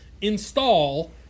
install